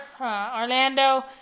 Orlando